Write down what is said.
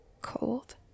cold